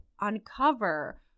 uncover